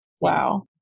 Wow